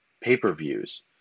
pay-per-views